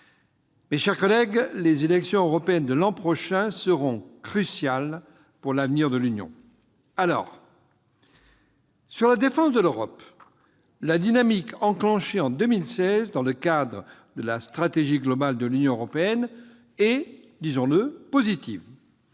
Mes chers collègues, les élections européennes de l'an prochain seront cruciales pour l'avenir de l'Union. S'agissant de la défense de l'Europe, la dynamique enclenchée en 2016 dans le cadre de la stratégie globale de l'Union européenne est, disons-le, positive.